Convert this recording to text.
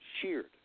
sheared